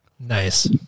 Nice